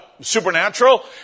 supernatural